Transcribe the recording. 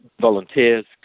volunteers